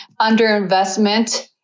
underinvestment